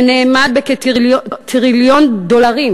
זה נאמד בטריליון דולרים.